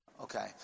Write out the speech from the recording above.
Okay